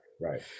right